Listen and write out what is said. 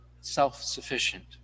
self-sufficient